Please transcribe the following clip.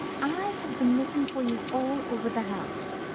i have been looking for you all over the house.